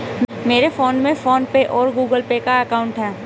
मेरे फोन में PhonePe और गूगल पे का अकाउंट है